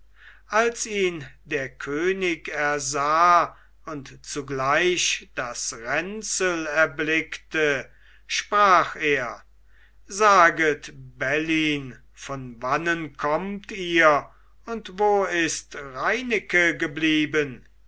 als ihn der könig ersah und zugleich das ränzel erblickte sprach er saget bellyn von wannen kommt ihr und wo ist reineke blieben